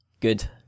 Good